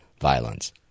violence